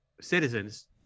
citizens